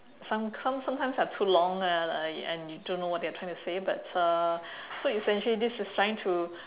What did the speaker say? some some sometimes are too long uh and you don't know what they are trying to say but uh so essentially this is trying to